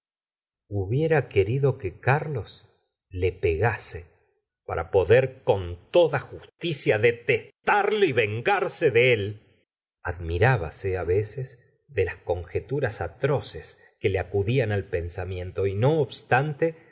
hubiera querido que carlos la pegase para poder con toda justicia detestarle y vengarse de él admirábase veces de las conjeturas atroces que le acudían al pensamiento y no obstante